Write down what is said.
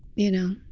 you know?